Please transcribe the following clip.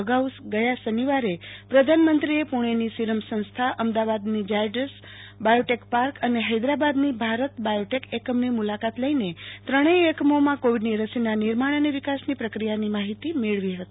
અગાઉ ગયા શનિવારે પ્રધાનમંત્રીએ પુણેની સિરમ સંસ્થા અમદાવાદની ઝાયડસ બાયોટેક પાર્ક અને હૈદરાબાદની ભારત બાયોટેક એકમની મુલાકાત લઈને ત્રણેય એકમોમાં કોવિડની રસીના નિર્માણ અને વિકાસની પ્રક્રિયાની માહિતી મેળવી હતી